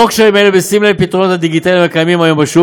לאור קשיים אלה ובשים לב לפתרונות הדיגיטליים הקיימים היום בשוק,